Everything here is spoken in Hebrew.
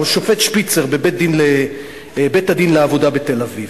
השופט שפיצר בבית-הדין לעבודה בתל-אביב.